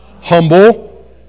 Humble